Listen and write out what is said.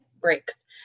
breaks